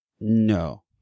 No